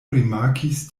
rimarkis